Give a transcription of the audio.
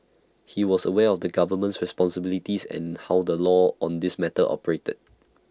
he was aware of the government's responsibilities and how the law on this matter operated